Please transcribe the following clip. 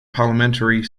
parliamentary